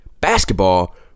basketball